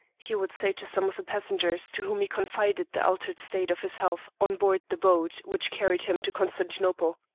he would say to some of the passengers to whom he confided the altered state of his health on board the boat which carried him to constantinople.